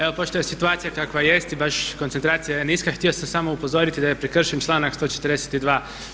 Evo pošto je situacija kakva jest i baš koncentracija je niska htio sam samo upozoriti da je prekršen članak 142.